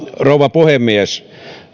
rouva puhemies